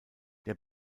der